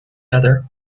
other